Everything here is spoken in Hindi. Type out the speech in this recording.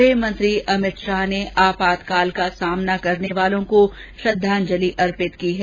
गूह मंत्री अमित शाह ने आपातकाल का सामना करने वालों को श्रद्दांजलि अर्पित की है